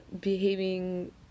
behaving